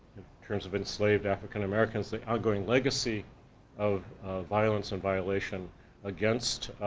terms of enslaved african americans, the outgoing legacy of violence and violation against